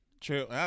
True